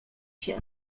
się